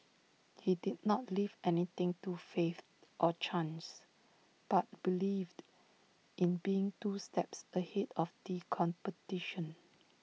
he did not leave anything to faith or chance but believed in being two steps ahead of the competition